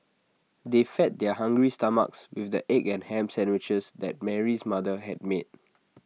they fed their hungry stomachs with the egg and Ham Sandwiches that Mary's mother had made